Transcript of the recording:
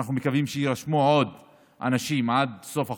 ואנחנו מקווים שיירשמו עוד אנשים עד סוף החודש,